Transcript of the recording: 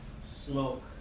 smoke